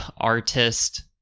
artist